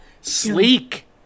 Sleek